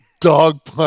dog